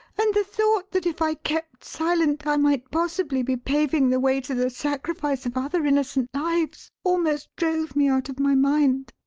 and the thought that if i kept silent i might possibly be paving the way to the sacrifice of other innocent lives almost drove me out of my mind.